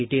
T